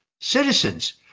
citizens